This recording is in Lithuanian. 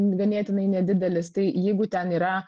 ganėtinai nedidelis tai jeigu ten yra